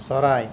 চৰাই